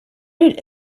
did